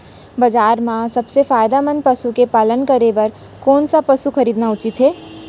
बजार म सबसे फायदामंद पसु के पालन करे बर कोन स पसु खरीदना उचित हे?